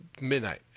midnight